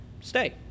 stay